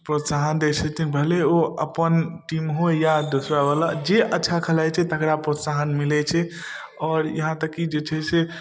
प्रोत्साहन दै छथिन भनहि ओ अपन टीम होइ या दोसरवला जे अच्छा खेलाइ छै तकरा प्रोत्साहन मिलै छै आओर यहाँ तक कि जे छै से